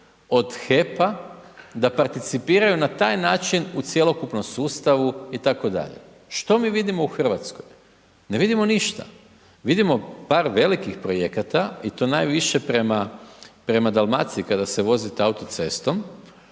od HEP-a da participiraju na taj način u cjelokupnom sustavu itd. Što mi vidimo u Hrvatskoj? Ne vidimo ništa. Vidimo par velikih projekata i to najviše prema Dalmaciji, kada se vozite autocestom,